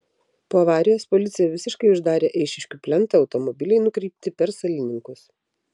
po avarijos policija visiškai uždarė eišiškių plentą automobiliai nukreipti per salininkus